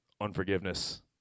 unforgiveness